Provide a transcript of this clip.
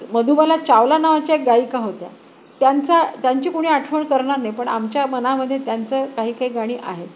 मधुबाला चावला नावाच्या गायिका होत्या त्यांचा त्यांची कुणी आठवण करणार नाही पण आमच्या मनामध्ये त्यांचं काही काही गाणी आहेत